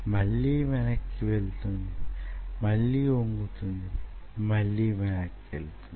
మళ్ళీ వెనక్కి వెళుతుంది మళ్ళీ వంగుతుంది మళ్ళీ వెనక్కి వెళుతుంది